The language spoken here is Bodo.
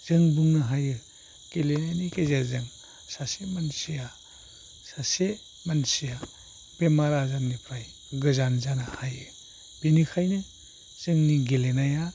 जों बुंनो हायो गेलेनायनि गेजेरजों सासे मानसिया सासे मानसिया बेमार आजारनिफ्राय गोजान जानो हायो बिनिखायनो जोंनि गेलेनाया